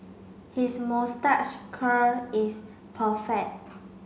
his moustache curl is perfect